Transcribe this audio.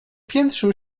piętrzył